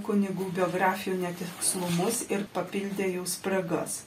kunigų biografijų netikslumus ir papildė jų spragas